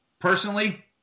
Personally